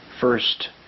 first